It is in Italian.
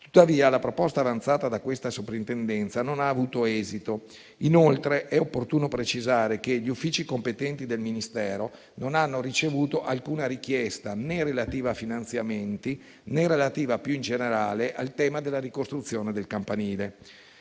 Tuttavia, la proposta avanzata da questa Soprintendenza non ha avuto esito. Inoltre, è opportuno precisare che gli uffici competenti del Ministero non hanno ricevuto alcuna richiesta, né relativi finanziamenti, con riferimento più in generale al tema della ricostruzione del campanile.